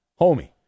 homie